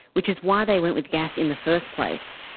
which is why they went with gas in the first place.